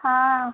হাঁ